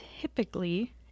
typically